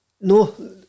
no